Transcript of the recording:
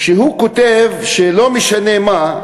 הוא כותב שלא משנה מה,